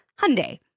Hyundai